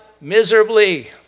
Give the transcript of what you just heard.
miserably